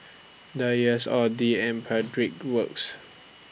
Dreyers Audi and Pedal Works